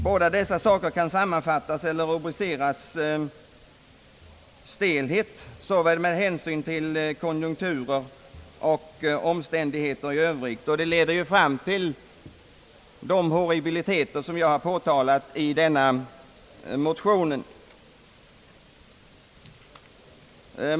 Båda dessa saker kan sammanfattas eller rubriceras som stelhet, såväl med hänsyn till konjunktur som omständigheterna i övrigt. Det leder fram till de horribla förhållanden som jag har påtalat i min motion.